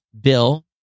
Bill